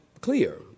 clear